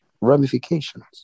ramifications